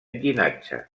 llinatge